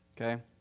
okay